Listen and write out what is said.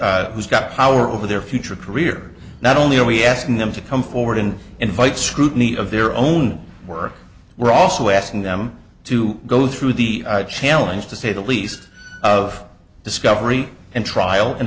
who's got power over their future career not only are we asking them to come forward and invite scrutiny of their own work we're also asking them to go through the challenge to say the least of discovery and trial and